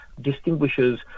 distinguishes